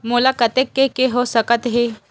मोला कतेक के के हो सकत हे?